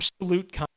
absolute